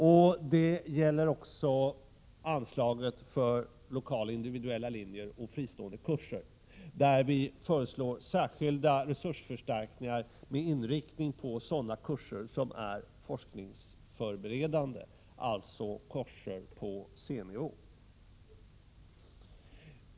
Också när det gäller anslaget för lokala individuella linjer och fristående kurser föreslår vi särskilda resursförstärkningar med inriktning på forskningsförberedande kurser, alltså kurser på C-nivå.